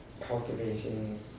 cultivation